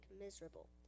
miserable